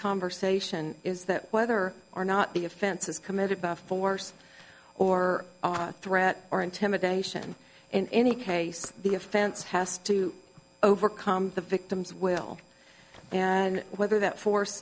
conversation is that whether or not the offenses committed by force or threat or intimidation in any case the offense has to overcome the victim's will and whether that force